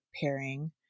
pairing